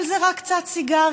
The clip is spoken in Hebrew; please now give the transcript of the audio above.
אבל זה רק קצת סיגרים,